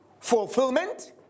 Fulfillment